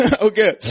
Okay